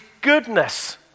goodness